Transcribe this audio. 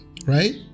Right